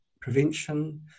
Prevention